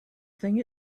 thing